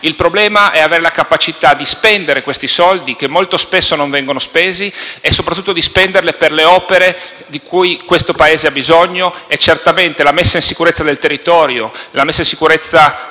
Il problema è avere la capacità di spendere questi soldi, che molto spesso non vengono spesi, e soprattutto di spenderli per le opere di cui il Paese ha bisogno e certamente la messa in sicurezza del territorio e la messa in sicurezza